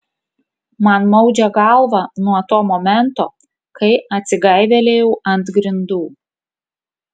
man maudžia galvą nuo to momento kai atsigaivelėjau ant grindų